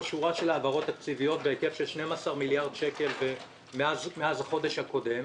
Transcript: שורה של העברות תקציביות בהיקף של 12 מיליארד שקל מאז החודש הקודם.